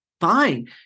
fine